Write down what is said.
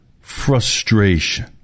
frustration